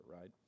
right